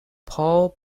paul